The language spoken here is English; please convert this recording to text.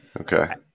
Okay